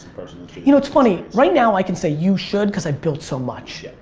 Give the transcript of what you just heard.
you know it's funny, right now i can say you should cause i've built so much.